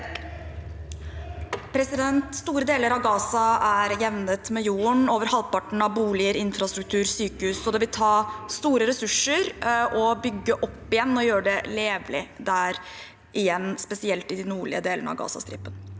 Store deler av Gaza er jevnet med jorden – over halvparten av boliger, infrastruktur, sykehus – og det vil kreve store ressurser å bygge det opp og gjøre det levelig der igjen, spesielt i de nordlige delene av Gazastripen.